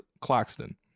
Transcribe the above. Claxton